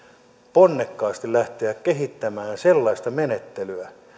ponnekkaasti lähteä kehittämään sellaista menettelyä